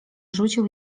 rzucił